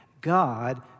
God